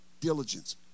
diligence